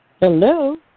hello